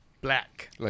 black